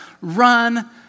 Run